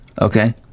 okay